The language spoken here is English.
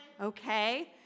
Okay